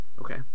okay